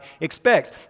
expects